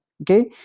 okay